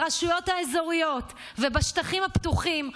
ברשויות האזוריות ובשטחים הפתוחים,